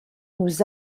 nous